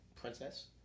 Princess